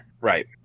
Right